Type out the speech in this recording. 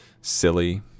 silly